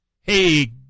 Hey